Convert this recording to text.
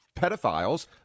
pedophiles